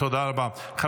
תודה רבה.